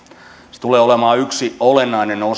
se tulee olemaan yksi olennainen